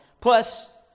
Plus